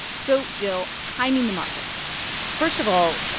so, jill, timing the markets first of all,